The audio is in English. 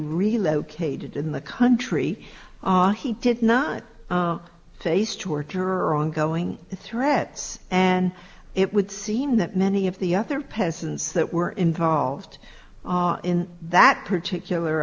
relocated in the country he did not face torture or ongoing threats and it would seem that many of the other peasants that were involved in that particular